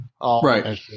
right